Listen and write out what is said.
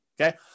okay